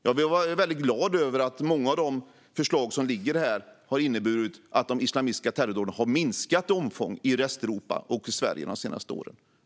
Jag är dock väldigt glad över att många av de förslag som genomförts inneburit att de islamistiska terrordåden minskat i omfång i Västeuropa och Sverige de senaste åren.